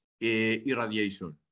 irradiation